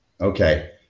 Okay